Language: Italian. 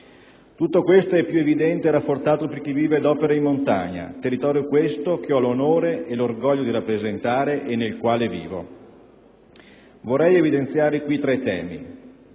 Questo è più evidente per chi vive ed opera in montagna, territorio che ho l'onore e l'orgoglio di rappresentare e nel quale vivo. Vorrei evidenziare tre temi.